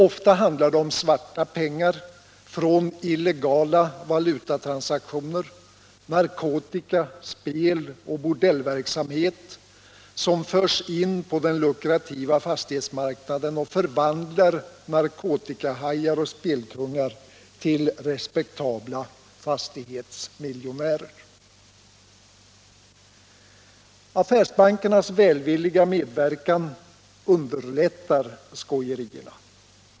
Ofta handlar det om svarta pengar från illegala valutatransaktioner, narkotika, spel och bordellverksamhet, som förs in på den lukrativa fastighetsmarknaden och förvandlar narkotikahajar och spelkungar till respektabla fastighetsmil jonärer. Affärsbankernas välvilliga medverkan underlättar skojerierna.